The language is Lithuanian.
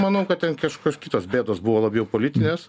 manau kad ten kažkokios kitos bėdos buvo labiau politinės